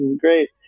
great